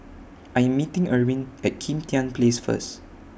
I'm meeting Erwin At Kim Tian Place First